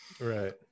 Right